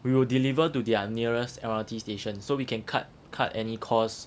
we will deliver to their nearest M_R_T station so we can cut cut any costs